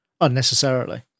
unnecessarily